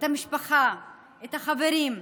את המשפחה, את החברים,